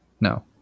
no